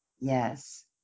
Yes